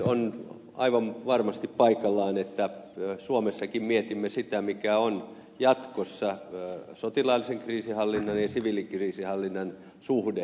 on aivan varmasti paikallaan että suomessakin mietimme sitä mikä on jatkossa sotilaallisen kriisinhallinnan ja siviilikriisinhallinnan suhde afganistanissa